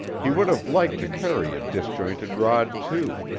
he would have liked to carry a disjointed rod, too,